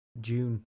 June